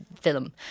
film